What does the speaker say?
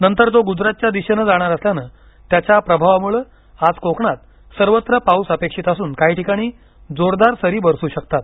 नंतर तो गुजरातच्या दिशेनं जाणार असल्यानं त्याच्या प्रभावामुळे आज कोकणात सर्वत्र पाऊस अपेक्षित असून काही ठिकाणी जोरदार सरी बरसू शकतात